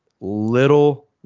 little